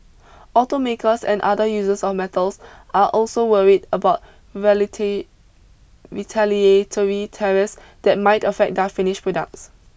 automakers and other users of the metals are also worried about tariffs that might affect their finished products